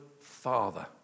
Father